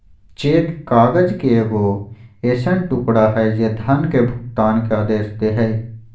cheque काग़ज़ के एगो ऐसन टुकड़ा हइ जे धन के भुगतान के आदेश दे हइ